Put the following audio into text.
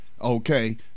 okay